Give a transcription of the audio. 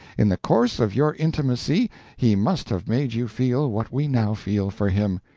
in the course of your intimacy he must have made you feel what we now feel for him.